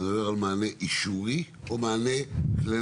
אתה מדבר על מענה יישובי או על מענה כללי?